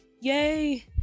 Yay